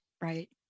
Right